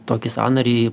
tokį sąnarį